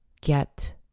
Get